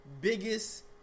biggest